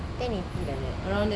ten eighty like that